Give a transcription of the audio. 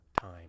time